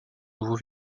nouveau